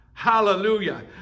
Hallelujah